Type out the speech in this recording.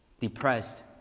depressed